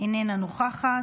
אינה נוכחת.